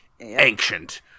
ancient